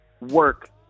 work